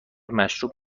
مشروب